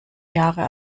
jahre